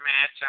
match